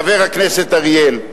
חבר הכנסת אריאל,